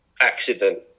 accident